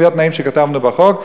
לפי התנאים שכתבנו בחוק?